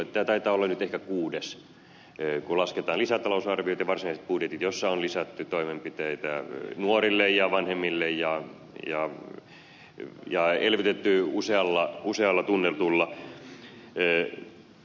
tämä taitaa olla nyt ehkä kuudes kun lasketaan lisätalousarviot ja varsinaiset budjetit joissa on lisätty toimenpiteitä nuorille ja vanhemmille ja elvytetty usealla tunnetulla tavalla